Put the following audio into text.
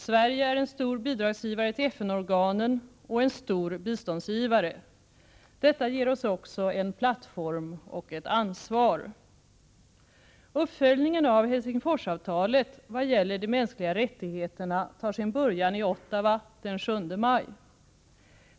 Sverige är en stor bidragsgivare till FN-organen och en stor biståndsgivare. Detta ger oss också en plattform och ett ansvar. Uppföljningen av Helsingforsavtalet vad gäller de mänskliga rättigheterna tar sin början i Ottawa den 7 maj.